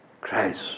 Christ